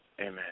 Amen